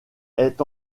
est